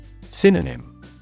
Synonym